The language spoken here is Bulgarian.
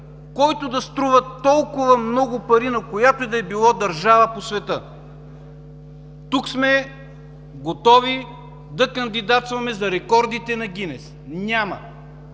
който да струва толкова много пари, на която и да е било държава по света. Тук сме готови да кандидатстваме за рекордите на Гинес. Няма!